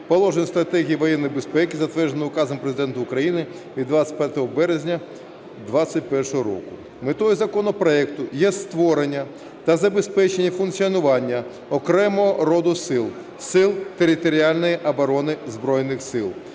положень стратегій воєнної безпеки, затвердженої Указом Президента України від 25 березня 21-го року. Метою законопроекту є створення та забезпечення функціонування окремого роду сил – Сил територіальної оброни Збройних Сил,